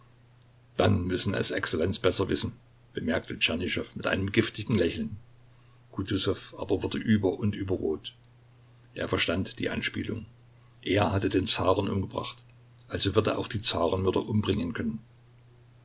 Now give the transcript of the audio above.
dann müssen es exzellenz besser wissen bemerkte tschernyschow mit einem giftigen lächeln kutusow aber wurde über und über rot er verstand die anspielung er hatte den zaren umgebracht also wird er auch die zarenmörder umbringen können